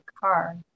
car